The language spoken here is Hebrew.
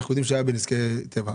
אנחנו יודעים שהיה נזקי טבע.